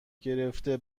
گرفته